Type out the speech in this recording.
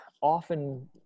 often